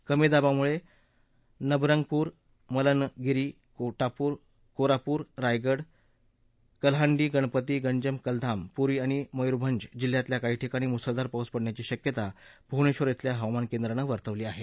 कमी दाबामुळे नबरंगपूर मलकनगिरी कोरापुट रायगड कलहांडी गजपती गजम कंधमाल पुरी आणि मयूरभंज जिल्ह्याच्या काही ठिकाणी मुसळधार पाऊस पडण्याची शक्यता भुवनेधर ब्रिल्या हवामान केंद्रानं वर्तवली आहे